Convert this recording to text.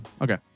Okay